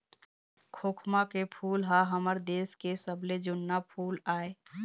खोखमा के फूल ह हमर देश के सबले जुन्ना फूल आय